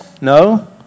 No